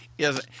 Yes